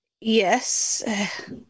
Yes